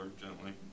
gently